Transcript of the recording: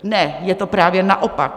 Ne, je to právě naopak.